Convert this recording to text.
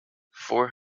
four